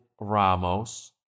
Ramos